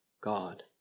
God